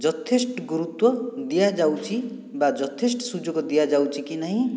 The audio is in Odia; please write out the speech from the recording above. ଯଥେଷ୍ଟ ଗୁରୁତ୍ୱ ଦିଆ ଯାଉଛି ବା ଯଥେଷ୍ଟ ସୁଯୋଗ ଦିଆ ଯାଉଛି କି ନାହିଁ